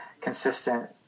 consistent